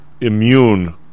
immune